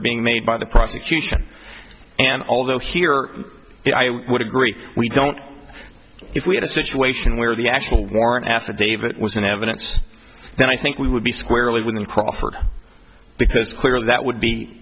are being made by the prosecution and although here i would agree we don't if we had a situation where the actual warrant affidavit was in evidence then i think we would be squarely within crawford because clearly that would be